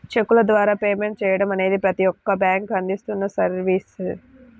చెక్కుల ద్వారా పేమెంట్ చెయ్యడం అనేది ప్రతి ఒక్క బ్యేంకూ అందిస్తున్న సర్వీసే